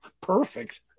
Perfect